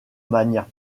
manière